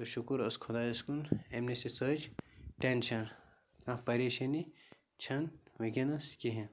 تہٕ شُکُر حظ خۄدایَس کُن اَمہِ نِش تہٕ ژٔج ٹٮ۪نشَن کانٛہہ پریشٲنی چھَنہٕ وٕنکٮ۪نَس کِہیٖنۍ